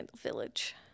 Village